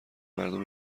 مردم